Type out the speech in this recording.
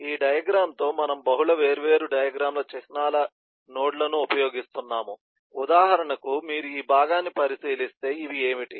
ఈ డయాగ్రమ్ లో మనము బహుళ వేర్వేరు డయాగ్రమ్ ల చిహ్నాల నోడ్లను ఉపయోగిస్తున్నాము ఉదాహరణకు మీరు ఈ భాగాన్ని పరిశీలిస్తే ఇవి ఏమిటి